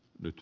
nyt